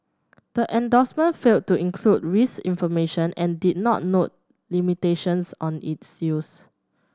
the endorsement failed to include risk information and did not note limitations on its use